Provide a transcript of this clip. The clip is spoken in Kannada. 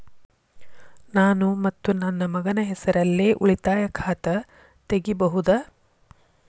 ನಾನು ಮತ್ತು ನನ್ನ ಮಗನ ಹೆಸರಲ್ಲೇ ಉಳಿತಾಯ ಖಾತ ತೆಗಿಬಹುದ?